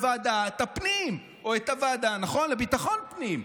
ועדת הפנים או את הוועדה לביטחון הפנים.